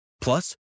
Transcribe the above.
Plus